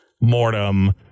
mortem